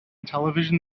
television